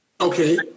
Okay